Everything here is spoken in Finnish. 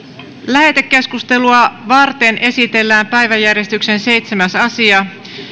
lähetekeskustelua varten esitellään päiväjärjestyksen seitsemäs asia